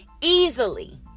easily